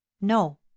No